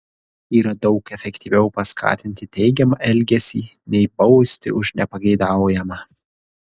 yra daug efektyviau paskatinti teigiamą elgesį nei bausti už nepageidaujamą